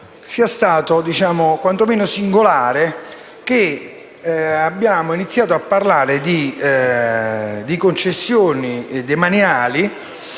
sia stato quanto meno singolare avere iniziato a parlare di concessioni demaniali